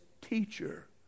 teacher